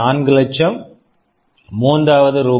4 லட்சம் மூன்றாவது ரூ